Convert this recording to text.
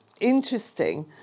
interesting